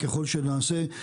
ככל שנעשה.